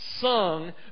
Sung